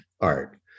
art